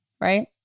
right